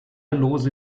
lose